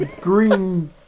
green